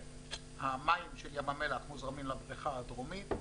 והמים של ים המלח מוזרמים לבריכה הדרומית.